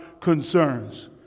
concerns